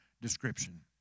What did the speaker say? description